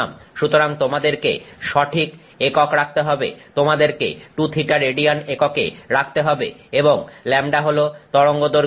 সুতরাং তোমাদেরকে সঠিক একক রাখতে হবে তোমাদেরকে 2θ রেডিয়ান এককে রাখতে হবে এবং λ হল তরঙ্গদৈর্ঘ্য